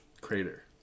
crater